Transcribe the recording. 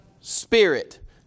Spirit